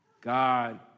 God